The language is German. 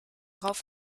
rauf